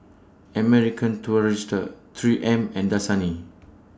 American Tourister three M and Dasani